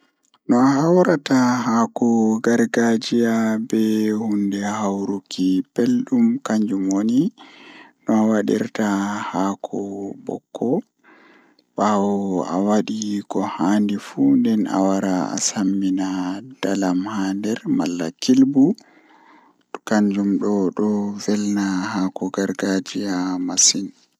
Ko rayuwa hunde nufata kanjum woni adon joodi jam be jam haa saare ma adon nyama boddum adon waala haa babal boddum adon borna boddum nden adon mari ceede jei he'ata ma awawan waduki ko ayidi wadugo fuu.